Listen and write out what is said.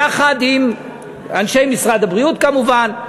יחד עם אנשי משרד הבריאות כמובן,